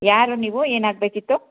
ಯಾರು ನೀವು ಏನಾಗಬೇಕಿತ್ತು